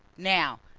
now,